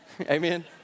Amen